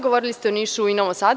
Govorili ste o Nišu i Novom Sadu.